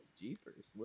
jeepers